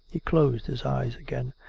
he closed his eyes again.